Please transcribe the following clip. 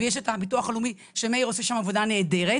ויש את הביטוח הלאומי שמאיר עושה שם עבודה נהדרת,